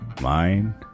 mind